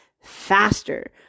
faster